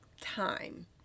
time